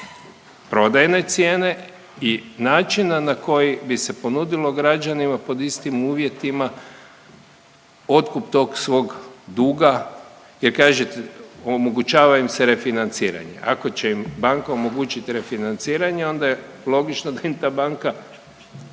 prodajne cijene i načina na koji bi se ponudilo građanima pod istim uvjetima otkup tog svog duga, jer kažete omogućava im se refinanciranje. Ako će im banka omogućiti refinanciranje onda je logično da im ta banka